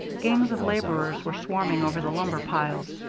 gangs of laborers were swarming over the lumber piles,